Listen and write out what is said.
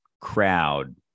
crowd